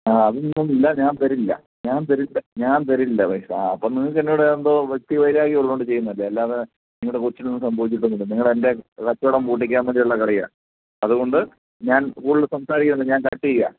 ആ അതൊന്നും ഇല്ല ഞാൻ തരില്ല ഞാൻ തരില്ല ഞാൻ തരില്ല പൈസ അപ്പോൾ നിങ്ങക്കെന്നോടെന്തോ വ്യക്തിവൈരാഗ്യം ഉള്ളോണ്ട് ചെയ്യുന്നതല്ലേ അല്ലാതെ നിങ്ങളുടെ കൊച്ചിനൊന്നും സംഭവിച്ചിട്ടൊന്നുമില്ല നിങ്ങളെൻറ്റെ കച്ചവടം പൂട്ടിക്കാൻ വേണ്ടി ഉള്ള കളിയാണ് അതുകൊണ്ട് ഞാൻ കൂടുതൽ സംസാരിക്കുന്നില്ല ഞാൻ കട്ട് ചെയ്യുക